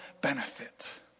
benefit